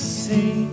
see